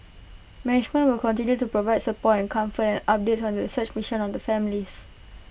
management will continue to provide support and comfort and updates on the search mission on the families